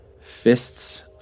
fists